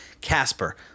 casper